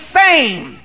fame